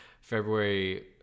February